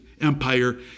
Empire